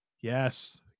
Yes